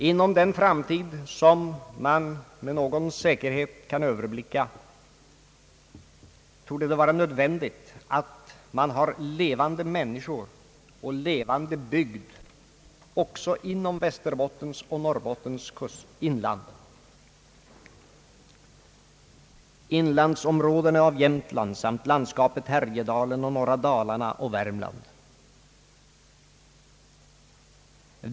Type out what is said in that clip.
Inom den framtid som man med någon säkerhet kan överblicka torde det vara nödvändigt att man har levande människor och levande bygd också inom Västerbottens och Norrbottens inland, inlandsområdena av Jämtland samt landskapet Härjedalen och norra Dalarna och Värmland.